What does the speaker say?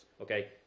okay